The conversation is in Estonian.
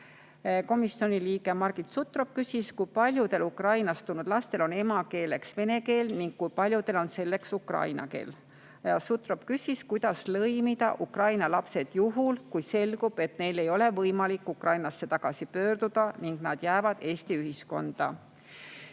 Komisjoni liige Margit Sutrop küsis, kui paljudel Ukrainast tulnud lastel on emakeeleks vene keel ning kui paljudel on selleks ukraina keel. Sutrop küsis, kuidas lõimida Ukraina lapsi, juhul kui selgub, et neil ei ole võimalik Ukrainasse tagasi pöörduda ning nad jäävad Eesti ühiskonda.